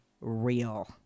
real